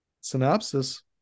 synopsis